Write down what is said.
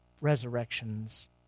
resurrections